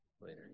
later